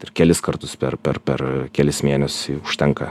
ir kelis kartus per per per kelis mėnesius ir žtenka